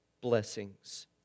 blessings